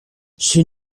she